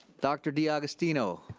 dr. d'agostino.